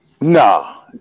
no